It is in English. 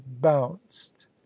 bounced